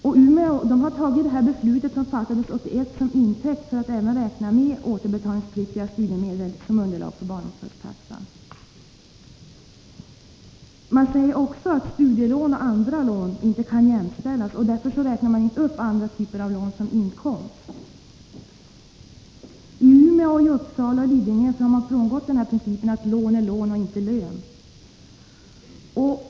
Umeå kommun har alltså tagit det beslut som fattades 1981 till intäkt för att även räkna med återbetalningspliktiga studiemedel som underlag för barnomsorgstaxan. Man hävdar dock att studielån och andra lån inte kan jämställas, och därför räknar man inte andra typer av lån som inkomst. I Umeå liksom i Uppsala och i Lidingö har man frångått principen att lån är lån och inte lön.